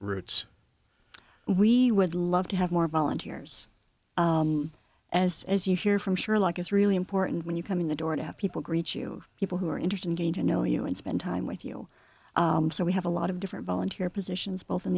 roots we would love to have more volunteers as as you hear from sure like it's really important when you come in the door to have people greet you people who are interested in getting to know you and spend time with you so we have a lot of different volunteer positions both in